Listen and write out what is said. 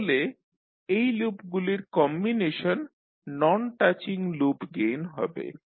তাহলে এই লুপগুলির combination non touching loop gain হবে